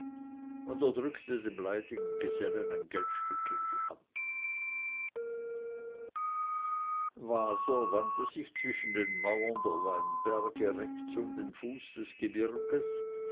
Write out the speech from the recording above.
und er drückte dem leidigen gesellen ein geldstück in die hand waser wandte sich zwischen den mauern der weinberge rechts um den fuß des gebirges